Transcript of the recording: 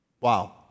Wow